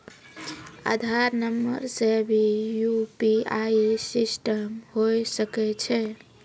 आधार नंबर से भी यु.पी.आई सिस्टम होय सकैय छै?